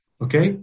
Okay